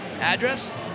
address